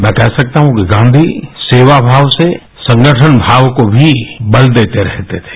मैं कह सकता हूँ कि गाँधी सेवा भाव से संगठन भाव को भी बल देते रहते थे